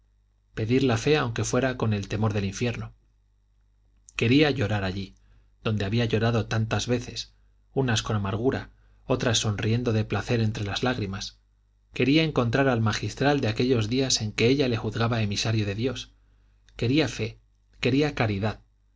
pedir la fe aunque fuera con el terror del infierno quería llorar allí donde había llorado tantas veces unas con amargura otras sonriendo de placer entre las lágrimas quería encontrar al magistral de aquellos días en que ella le juzgaba emisario de dios quería fe quería caridad